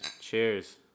Cheers